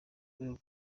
rwego